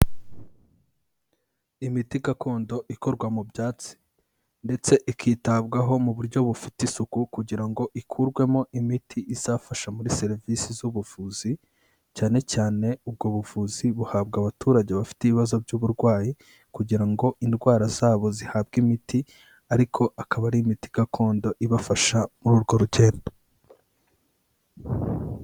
Imiti gakondo ikorwa mu byatsi. Ndetse ikitabwaho mu buryo bufite isuku kugira ngo ikurwemo imiti izafasha muri serivisi z'ubuvuzi, cyane cyane ubwo buvuzi buhabwa abaturage bafite ibibazo by'uburwayi, kugira ngo indwara zabo zihabwe imiti ariko akaba ari imiti gakondo ibafasha muri urwo rugendo.